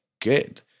good